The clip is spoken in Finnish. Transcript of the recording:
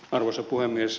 arvoisa puhemies